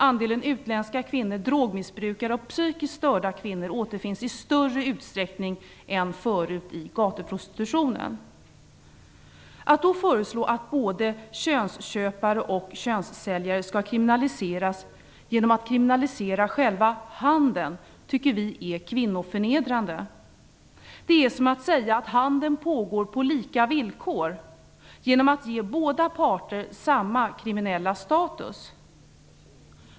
Andelen utländska kvinnor, drogmissbrukare och psykiskt störda kvinnor återfinns i större utsträckning än tidigare i gatuprostitutionen. Att då föreslå att både könsköpare och könssäljare skall kriminaliseras genom att kriminalisera själva handeln tycker vi är kvinnoförnedrande. Att ge båda parter samma kriminella status är som att säga att handeln pågår på lika villkor.